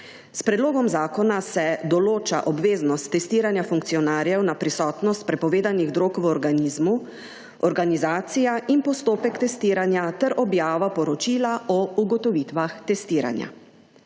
S predlogom zakona se določa obveznost testiranja funkcionarjev na prisotnost prepovedanih drog v organizmu, organizacija in postopek testiranja ter objava poročila o ugotovitvah testiranja.